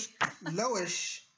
Lowish